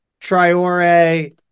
triore